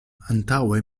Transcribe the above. antaŭe